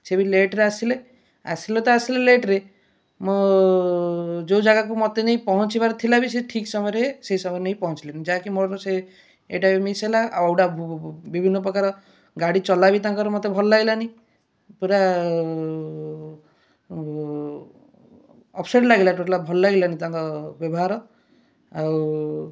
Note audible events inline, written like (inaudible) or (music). ସେ ବି ଲେଟ୍ରେ ଆସିଲେ ଆସିଲେ ତ ଆସିଲେ ଲେଟ୍ରେ ମୋ ଯେଉଁ ଜାଗାକୁ ମତେ ନେଇ ପହଞ୍ଚିବାର ଥିଲା ବି ସେ ଠିକ ସମୟରେ ସେଇ ସମୟରେ ନେଇକି ପହଞ୍ଚିଲେନି ଯାହା କି ମୋର ସେ ଇଏଟା ବି ମିସ୍ ହେଲା ଆଉ (unintelligible) ବିଭିନ୍ନ ପକାର ଗାଡ଼ି ଚଲା ବି ତାଙ୍କର ମତେ ଭଲ ଲାଗିଲାନି ପୁରା ଅପସେଟ୍ ଲାଗିଲା ଟୋଟାଲ୍ ଭଲ ଲାଗିଲାନି ତାଙ୍କ ବ୍ୟବହାର ଆଉ